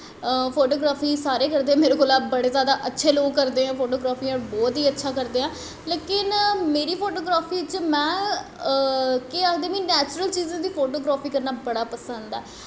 photography बड़े जैदा लोग करदे मेरे कोला दा बड़ी अच्छी करदे फोटोग्राफी बौह्त ही अच्छी करदे ऐ लेकिन मेरी फोटोग्राफी च में केह् आखदे नैचुर्ल चीज़ें दी फोटोग्राफी करना बड़ा पसंद ऐ